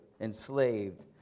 enslaved